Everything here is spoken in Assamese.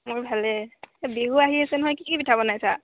মোৰ ভালেই বিহু আহি আছে নহয় কি কি পিঠা বনাইছা